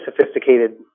sophisticated